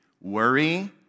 worry